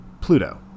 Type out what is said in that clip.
Pluto